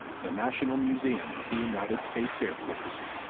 the national museum of the united states air force.